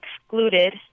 excluded